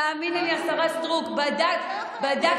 תאמיני לי, השרה סטרוק, בדקתי.